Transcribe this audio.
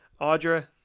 Audra